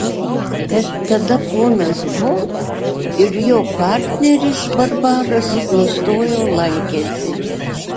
bet tada ponas ho ir jo partneris barbaras nustojo lankęsi